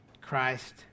Christ